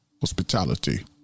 hospitality